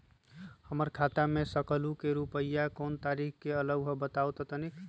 हमर खाता में सकलू से रूपया कोन तारीक के अलऊह बताहु त तनिक?